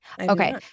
okay